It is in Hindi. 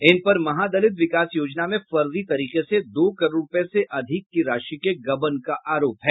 इन पर महादलित विकास योजना में फर्जी तरीके से दो करोड़ रूपये से अधिक की राशि के गबन का आरोप है